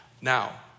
Now